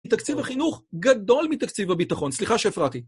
תקציב החינוך גדול מתקציב הביטחון. סליחה שהפרעתי.